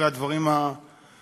אחרי הדברים הנרגשים,